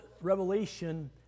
Revelation